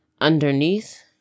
Underneath